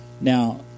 Now